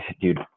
dude